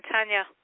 Tanya